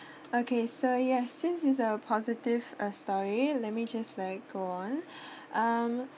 okay so yes since it's a positive uh story let me just like go on uh